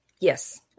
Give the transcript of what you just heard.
Yes